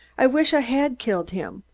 i wish i had killed him.